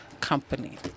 company